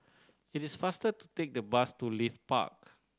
it is faster to take the bus to Leith Park